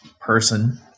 person